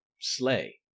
sleigh